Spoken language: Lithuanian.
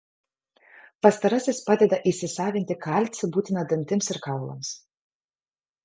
pastarasis padeda įsisavinti kalcį būtiną dantims ir kaulams